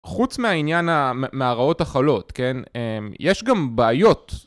חוץ מהעניין ה.. מהרעות החולות, כן, יש גם בעיות.